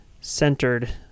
centered